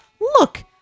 look